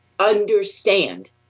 understand